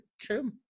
True